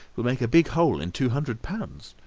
will make a big hole in two hundred pounds.